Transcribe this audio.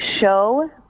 show